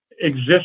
exist